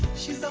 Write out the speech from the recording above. she so